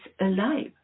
alive